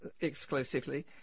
exclusively